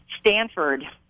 Stanford